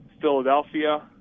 Philadelphia